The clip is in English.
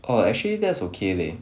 oh actually that's okay leh